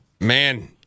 Man